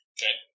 Okay